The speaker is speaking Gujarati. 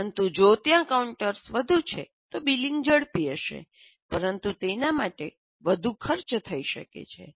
પરંતુ જો ત્યાં વધુ કાઉન્ટર્સ છે તો બિલિંગ ઝડપી હશે પરંતુ તેના માટે વધુ ખર્ચ થઈ શકે છે